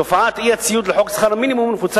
תופעת אי-הציות לחוק שכר המינימום נפוצה